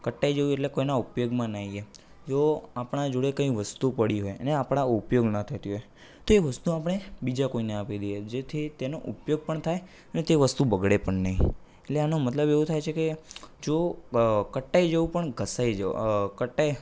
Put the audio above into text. કટાઈ જવું એટલે કોઈના ઉપયોગમાં ના આવીએ જો આપણા જોડે કઈ વસ્તુ પડી હોય અને આપણા ઉપયોગ ના થતી હોય તો એ વસ્તુ આપણે બીજા કોઈને આપી દઈએ જેથી તેનો ઉપયોગ પણ થાય ને તે વસ્તુ બગડે પણ નહીં એટલે આનો મતલબ એવો થાય છે કે જો કટાઈ જવું પણ ઘસાઈ કટાઈ